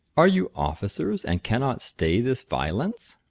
are you officers, and cannot stay this violence?